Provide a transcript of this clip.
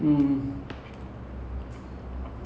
the hit movies all the acting not too bad lah